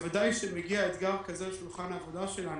בוודאי כשמגיע אתגר כזה לשולחן העבודה שלנו,